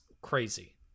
crazy